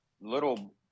little